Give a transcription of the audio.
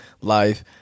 life